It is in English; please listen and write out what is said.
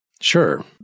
Sure